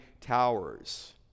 towers